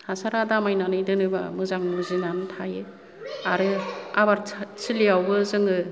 हासारा दामायनानै दोनोबा मोजां मुजिनानै थायो आरो आबाद थिलियावबो जोङो